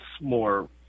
more